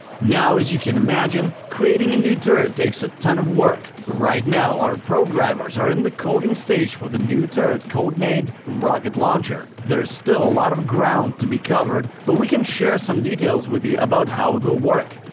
now as you can imagine, creating a new turret takes a ton of work. right now, our programmers are in the coding stage for the new turret code named rocket launcher. there's still a lot of ground to be covered, but we can share some details with you about how it will work.